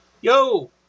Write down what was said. Yo